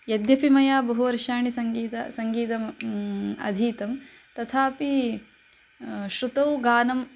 यद्यपि मया बहुवर्षाणि सङ्गीतं सङ्गीतम् अधीतं तथापि श्रुतौ गानम्